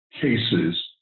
cases